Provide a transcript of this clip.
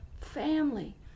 family